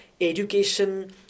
education